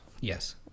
Yes